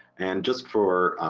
and just for,